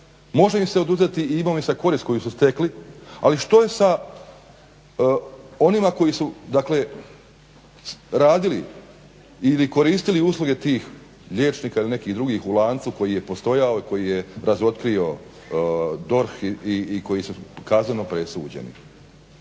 može im se oduzeti i imovinska korist koju su stekli. Ali što je sa onima koji su, dakle radili ili koristili usluge tih liječnika ili nekih drugih u lancu koji je postojao, koji je razotkrio DORH i koji su kazneno presuđeni.